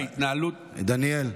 דניאל,